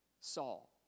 Saul